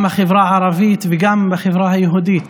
גם בחברה הערבית וגם בחברה היהודית.